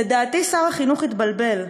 לדעתי שר החינוך התבלבל.